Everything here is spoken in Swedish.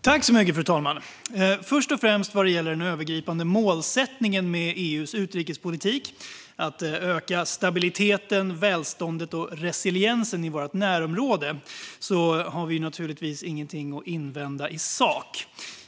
Det östliga partner-skapet efter 2020 Fru talman! Först och främst vill jag säga att när det gäller den övergripande målsättningen med EU:s utrikespolitik - att öka stabiliteten, välståndet och resiliensen i vårt närområde - har vi naturligtvis inget att invända i sak.